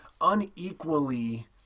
unequally